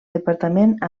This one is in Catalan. departament